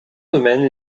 domaines